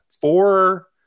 four